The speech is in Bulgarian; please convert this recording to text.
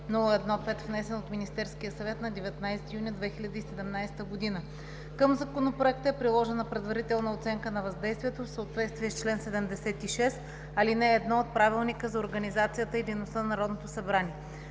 внесен от Министерския съвет на 19 юни 2017 г. Към Законопроекта е приложена предварителна оценка на въздействието в съответствие с чл. 76, ал. 1 от Правилника за организацията и дейността на Народното събрание.